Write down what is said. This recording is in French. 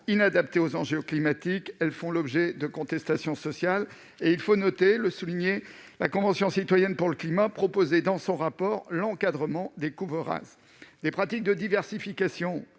inadaptées aux enjeux climatiques et font l'objet de contestations sociales. À cet égard, il faut noter que la Convention citoyenne pour le climat a proposé dans son rapport l'encadrement des coupes rases. Des pratiques de diversification,